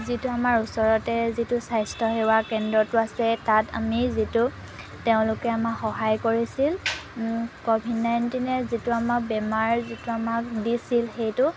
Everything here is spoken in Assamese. যিটো আমাৰ ওচৰতে যিটো স্বাস্থ্যসেৱা কেন্দ্ৰটো আছে তাত আমি যিটো তেওঁলোকে আমাক সহায় কৰিছিল কভিড নাইণ্টিনে যিটো আমাক বেমাৰ যিটো আমাক দিছিল সেইটো